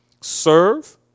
Serve